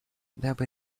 дабы